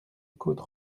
côte